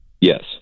Yes